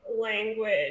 language